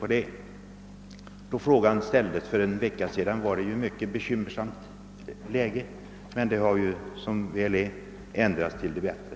Då min fråga ställdes för en vecka sedan var läget mycket bekymmersamt, men det har som väl är ändrats till det bättre.